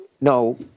no